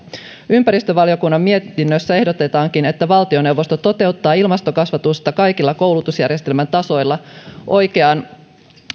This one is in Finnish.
ympäristövaliokunnan mietinnössä ehdotetaankin että valtioneuvosto toteuttaa ilmastokasvatusta kaikilla koulutusjärjestelmän tasoilla oikeaan